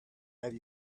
have